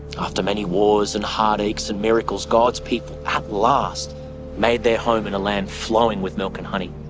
after many wars and heartaches and miracles, god's people at last made their home in a land flowing with milk and honey.